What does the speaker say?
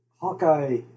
Hawkeye